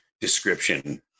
description